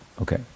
Okay